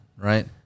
right